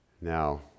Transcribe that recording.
Now